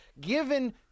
given